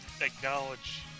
acknowledge